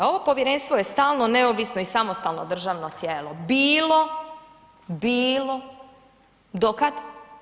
Ovo povjerenstvo je stalno neovisno i samostalno državno tijelo bilo, bilo, do kada?